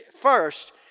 first